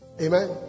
Amen